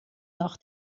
nach